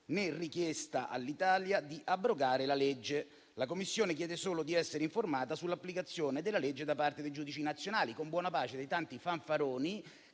né richiesta all'Italia di abrogare la legge. La Commissione chiede solo di essere informata sull'applicazione della legge da parte dei giudici nazionali, con buona pace dei tanti fanfaroni